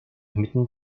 mitten